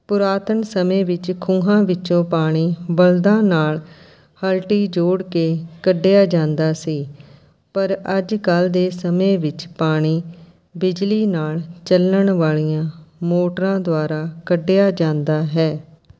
ਪੁਰਾਤਨ ਸਮੇਂ ਵਿੱਚ ਖੂਹਾਂ ਵਿੱਚੋਂ ਪਾਣੀ ਬਲਦਾਂ ਨਾਲ਼ ਹਲਟੀ ਜੋੜ ਕੇ ਕੱਢਿਆ ਜਾਂਦਾ ਸੀ ਪਰ ਅੱਜ ਕੱਲ੍ਹ ਦੇ ਸਮੇਂ ਵਿੱਚ ਪਾਣੀ ਬਿਜਲੀ ਨਾਲ਼ ਚੱਲਣ ਵਾਲੀਆਂ ਮੋਟਰਾਂ ਦੁਆਰਾ ਕੱਢਿਆ ਜਾਂਦਾ ਹੈ